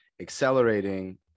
accelerating